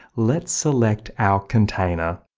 let's select our container,